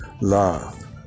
love